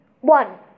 One